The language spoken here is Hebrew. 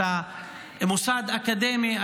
אתה מוסד אקדמי,